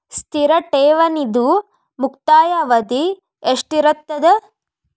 ಸ್ಥಿರ ಠೇವಣಿದು ಮುಕ್ತಾಯ ಅವಧಿ ಎಷ್ಟಿರತದ?